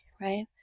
right